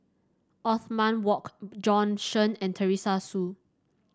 Othman Wok Bjorn Shen and Teresa Hsu